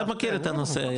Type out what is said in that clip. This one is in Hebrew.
אתה מכיר את הנושא.